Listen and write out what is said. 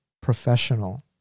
professional